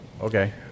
okay